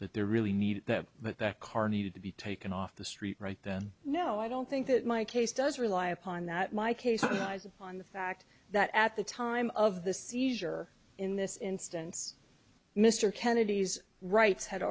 that there really needed but that car needed to be taken off the street right then no i don't think that my case does rely upon that my case was upon the fact that at the time of the seizure in this instance mr kennedy's rights had